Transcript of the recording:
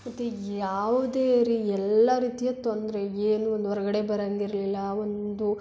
ಮತ್ತು ಯಾವುದೇ ಇರಿ ಎಲ್ಲ ರೀತಿಯ ತೊಂದರೆ ಏನೂ ಒಂದು ಹೊರ್ಗಡೆ ಬರಂಗೆ ಇರಲಿಲ್ಲ ಒಂದು